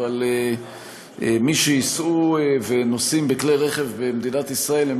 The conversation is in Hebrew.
אבל מי שייסעו ונוסעים בכלי רכב במדינת ישראל הם